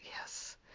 yes